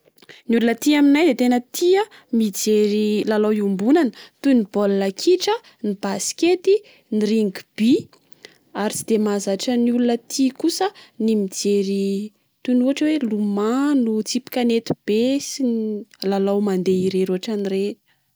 Ny olona aty aminay dia tena tia mijery lalao iombonana toy ny baolina kitra, ny basikety, ny ringby. Ary tsy dia maazatra ny olona aty kosa ny mijery toy ny ohatra hoe lomano, tsipy kanety be sy lalao mandeha irery ohatran'ireny.